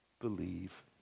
believe